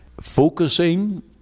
focusing